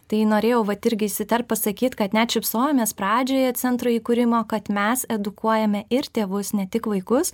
tai norėjau vat irgi įsiterpt pasakyt kad net šypsojomės pradžioje centro įkūrimo kad mes edukuojame ir tėvus ne tik vaikus